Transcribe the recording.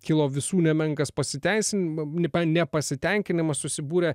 kilo visų nemenkas nepasitenkinimas susibūrė